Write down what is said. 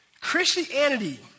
Christianity